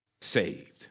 saved